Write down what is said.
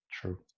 True